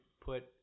put